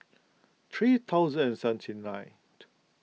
three thousand and seventy ninth